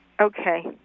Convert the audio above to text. okay